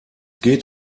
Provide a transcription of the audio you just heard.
geht